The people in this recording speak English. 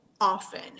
often